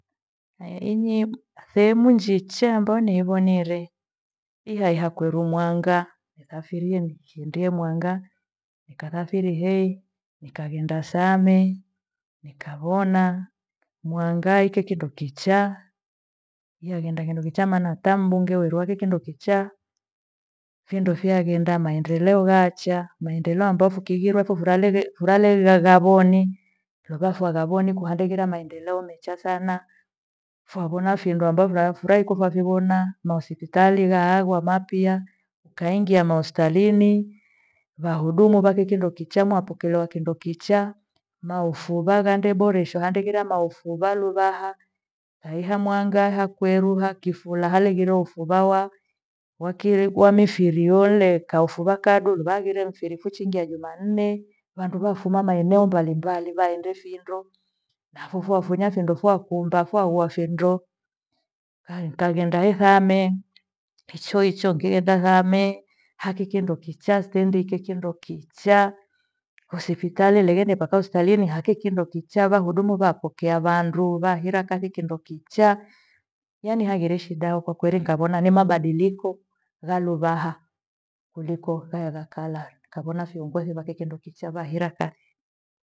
Naeinyi thehemu njicha ambayo niivonire iha iha kweru Mwanga. Nisafirie nkiende Mwanga nikathafiri hei nkaghenda Same, nikavona Mwanga iki kindo kichaa. Muherenda kindo kicha maana hata mbunge weru ake kindo kicha. Findo fyaghenda maendeleo ghacha. Maendeleo ambagho fukighirwa hethurarege furaha leghe fughavoni kuharikila maendeleo mecha sana. Fuvona findo ambavo vaafurahi kuvavivona mahospitali ghaaghwa mapya. Ukaingia mahospitalini wahudumu vaki kindo kichaa mwapokelewa kindo kichaa. Mahufugha ghande boreshwa handikira mahufugha luvaha haia Mwanga hakweru ha kifula haleghiro ufubawa wakiele wamifiri yole khaufugha kadu vaghire mchirifu chingi ya jumanne. Vandu vafuma maeneo mbalimbali vaende findo nafo vyafunya findo fakumba foaua findo. Kaghenda ithame hicho hicho kighenda ghame haki kindo kichaa stendi hikyo kindo kichaa, hospitali leghende mpaka hospitalinyi haki kindo kichaa wahundumu vako vapokea vandu vahira kazi kindo kichaa yaani haghire shida kwakeri nikaghona ni mabadiliko valuvaha kuliko ghaya ya kale. Nikavona viongothi wake kindo kichaa vya hira kathi.